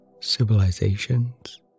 civilizations